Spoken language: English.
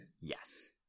yes